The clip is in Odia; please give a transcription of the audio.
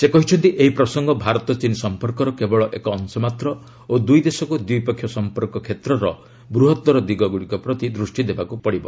ସେ କହିଛନ୍ତି ଏହି ପ୍ରସଙ୍ଗ ଭାରତ ଚୀନ ସମ୍ପର୍କର କେବଳ ଏକ ଅଂଶମାତ୍ର ଓ ଦୁଇଦେଶକୁ ଦ୍ୱିପକ୍ଷୀୟ ସମ୍ପର୍କ କ୍ଷେତ୍ରର ବୃହତର ଦିଗଗୁଡିକ ପ୍ରତି ଦୂଷ୍ଟି ଦେବାକୁ ହେବ